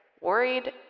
worried